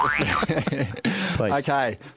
Okay